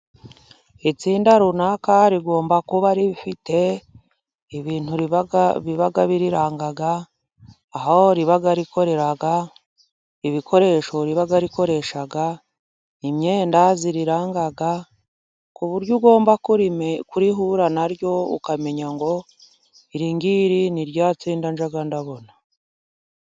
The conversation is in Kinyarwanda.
Itsinda runaka rigomba kuba rifite ibintu biba biriranga, aho riba rikorera, ibikoresho riba rikoresha, imyenda ibiranga, ku buryo ugomba guhura na ryo ukamenya ngo iringiri ni rya tsinda njya mbona.